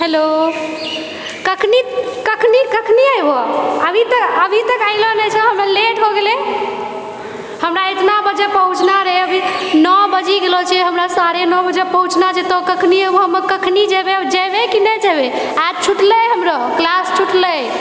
hello कखनि कखनि कखनि अएबह अभितक अभितक एलो नहि छह हमरा लेट होगेलै हमरा इतना बजे पहुँचना रहैए अभी नओ बजि गेलोछै हमरा साढ़े नओ बजे पहुँचना छै तऽ कखनि आब हम कखनि जेबए आओर जेबए कि नहि जेबए आज छुटले हमरो क्लास छुटले